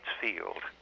field